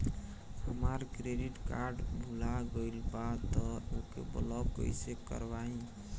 हमार credit card भुला गएल बा त ओके ब्लॉक कइसे करवाई?